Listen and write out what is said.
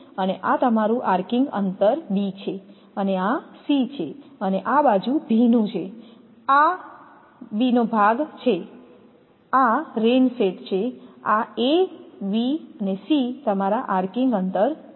અને આ તમારું આર્કિંગ અંતર બી છે અને આ સી છે અને આ બાજુ ભીનું છે આ ભીનો ભાગ છે આ રેઇન શેડ છે આ એ બી અને સી તમારા આર્કિંગ અંતર છે